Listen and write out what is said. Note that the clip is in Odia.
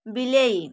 ବିଲେଇ